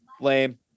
lame